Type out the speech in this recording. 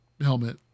helmet